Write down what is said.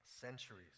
Centuries